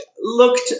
looked